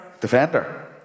Defender